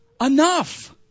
enough